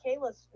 Kayla's